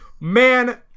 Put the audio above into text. man